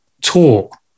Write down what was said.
talk